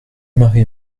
marie